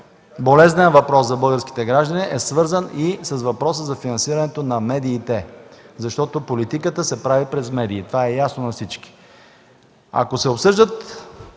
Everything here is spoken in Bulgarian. болезнен за българските граждани, е свързан и с проблема за финансирането на медиите, защото политиката се прави през медиите – това е ясно на всички. Ако се обсъждат